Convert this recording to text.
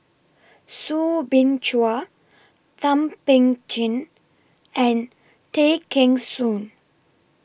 Soo Bin Chua Thum Ping Tjin and Tay Kheng Soon